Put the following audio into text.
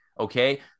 okay